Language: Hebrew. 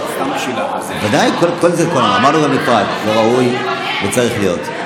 אמרתי, זה לא ראוי וזה לא צריך להיות.